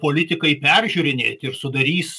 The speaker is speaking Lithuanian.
politikai peržiūrinėti ir sudarys